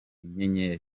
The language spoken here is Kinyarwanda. nyenyeri